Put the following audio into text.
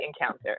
encounter